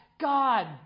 God